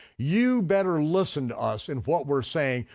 you better listen to us and what we're saying,